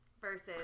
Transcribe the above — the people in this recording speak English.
versus